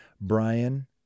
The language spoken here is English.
Brian